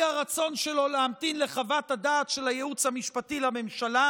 היא הרצון שלו להמתין לחוות הדעת של הייעוץ המשפטי לממשלה